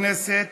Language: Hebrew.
חבר הכנסת